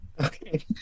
Okay